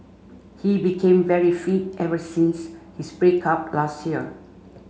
he became very fit ever since his break up last year